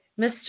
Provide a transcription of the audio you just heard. mr